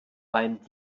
beim